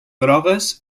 grogues